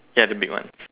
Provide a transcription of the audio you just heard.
ya the big one